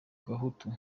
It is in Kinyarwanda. gahutu